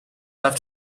off